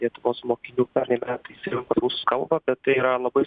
lietuvos mokinių pernai metais rusų kalbą bet tai yra labai